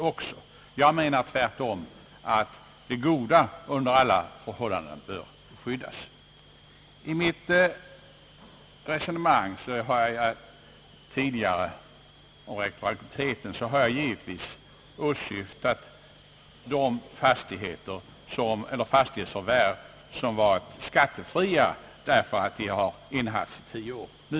Jag å min sida menar tvärtom att de goda under alla förhållanden bör skyddas. I mitt resonemang om retroaktiviteten har jag givetvis åsyftat de fastighetsförvärv som varit skattefria för att fastigheterna nu innehafts i tio år.